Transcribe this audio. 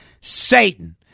Satan